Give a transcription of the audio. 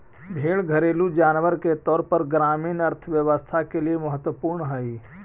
भेंड़ घरेलू जानवर के तौर पर ग्रामीण अर्थव्यवस्था के लिए महत्त्वपूर्ण हई